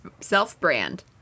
self-brand